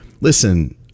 listen